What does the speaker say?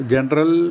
General